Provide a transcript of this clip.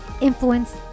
influence